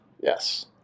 Yes